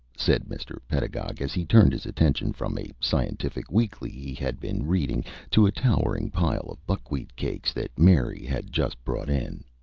said mr. pedagog, as he turned his attention from a scientific weekly he had been reading to a towering pile of buckwheat cakes that mary had just brought in.